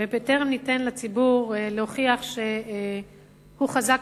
ובטרם ניתן לציבור להוכיח שהוא חזק